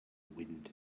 wind